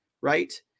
right